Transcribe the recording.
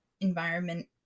environment